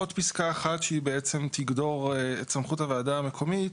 עוד פסקה אחת שהיא בעצם תגדור את סמכות הוועדה המקומית